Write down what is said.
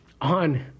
on